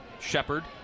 Shepard